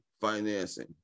financing